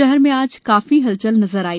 शहर में आज काफी हलचल नजर आई